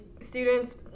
students